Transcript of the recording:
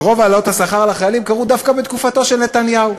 שרוב העלאות השכר לחיילים קרו דווקא בתקופתו של נתניהו,